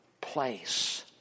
place